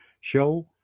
show